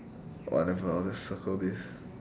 wonderful I want to circle this